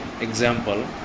example